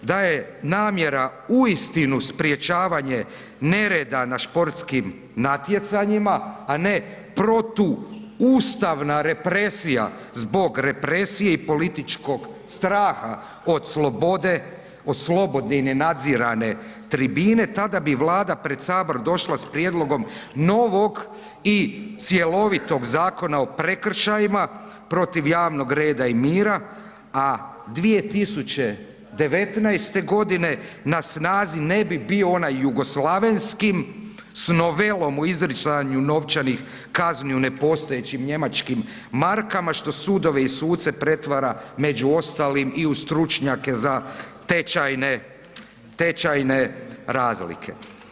Da je namjera uistinu sprečavanje nereda na sportskim natjecanjima, a ne protuustavna represije zbog represije i političkog straha od slobode, od slobodne i nenadzirane tribine tada bi Vlada pred Sabor došla s prijedlogom novog i cjelovitog Zakona o prekršajima protiv javnog reda i mira, a 2019. godine na snazi ne bi bio onaj jugoslavenski s novelom u izricanju novčanih kazni u nepostojećim njemačkim markama što sudove i suce pretvara među ostalim stručnjake za tečajne razlike.